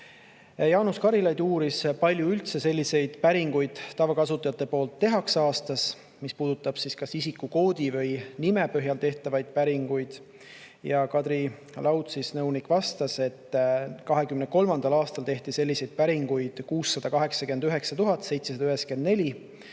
Karilaid uuris, kui palju üldse selliseid päringuid tavakasutajate poolt tehakse aastas, mis puudutab kas isikukoodi või nime põhjal tehtavaid päringuid. Ja Kadri Laud, nõunik, vastas, et 2023. aastal tehti selliseid päringuid 689 794